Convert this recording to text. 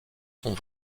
sont